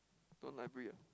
don't library ah